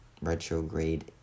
retrograde